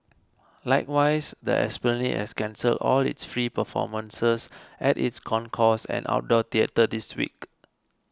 likewise the Esplanade has cancelled all its free performances at its concourse and outdoor theatre this week